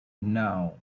now